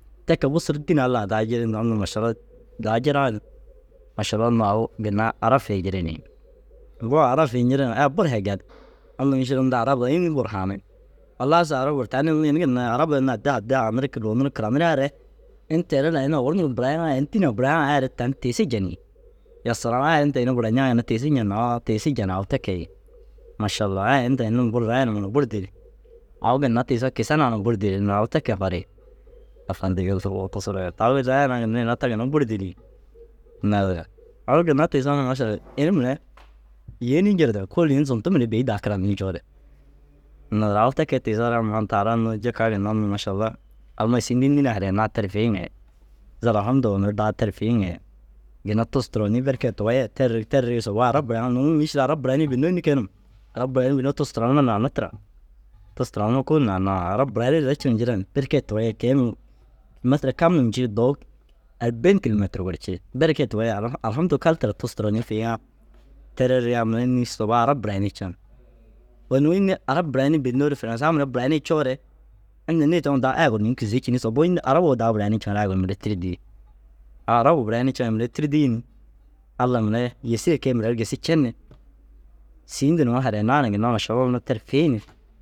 Te kee busu ru dîni Alla ŋa daa jirin ni unnu mašalla daa jiraa ni mašallau unnu au ginna arab fi jiri ni. Bo arab fi ñiri ŋa ai buru hee gali. Unnu mîšil inda arab duro înni buru haaniŋ? Halas arab ru tani unnu ini ginna ru arab ai unnu addi addi haanirig ruunirig kiranirigaare ini teere na ini owor nuruu ru burayiŋaa ini dîne- u burayiŋaa ai re tani tiisi jeŋi. Ya salaam ai inta ini buranciŋaa ginna oo tiisi jen au te kee yi. Mašallau ai inta ini buru rayi numa na buru dîli. Au ginna tiisoo kisa naa na buru dîla nur au te kee farii. tani raya naa ginna ina ta ginna buru dîli yi. Naazire au ginna tiisoo na masal lu ini mire yêenii njire duro kôoli ini zuntu mire bêyi daa karanii ncoore. Naazire au te kee tiisoore mura unnu taara unnu jikaa ginna unnu mašalla amma sîindu înnii na harainnaa ter fiiŋe zal alhamdû huma mire daa ter fiiŋa ye ginna tus turonii berke ye tuwai ye ter rig ter rig sobou arab buraiŋaa nuu mîšil arab burainii bênnoo înni kee num? Arab burainii bênnoo tus turon na naanni tira. Tus turonuu kôoli naani ãã arab burainiire ciŋa jiran berke ye tuwai ye kei ma metira kam num ncii dowu arbêin kîlometir gor cii. Berke ye tuwai ye alha alhamdûu kas tira. Tus turonii fiiŋaa terig riyaa mire înni soboo arab burainii ciiŋa. Bo nuu înni arab burainii bênnoore firãsaa mire burainii coore inta nêe taŋoo daa ai gor nuŋu kîzei cînni soboo înni? Arabuu daa burainii ciŋa raa ai gor mire sîri dîi. Au arabuu busa yinii ciŋa mire tîrdii ni Alla mire i yêsire kee mire ru gisi cen ni sîindu nuu harainnaa na ginna mašallau unnu teru fii ni